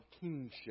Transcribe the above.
kingship